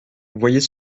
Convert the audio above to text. voyez